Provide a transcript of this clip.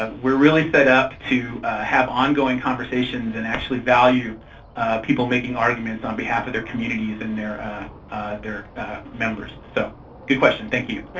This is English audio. ah we're really set up to have ongoing conversations and actually value people making arguments on behalf of their communities and their ah their members. so good question. thank you.